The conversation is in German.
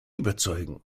überzeugen